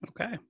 Okay